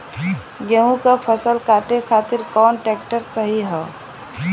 गेहूँक फसल कांटे खातिर कौन ट्रैक्टर सही ह?